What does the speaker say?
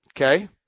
Okay